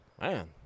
man